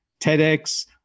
TEDx